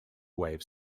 waves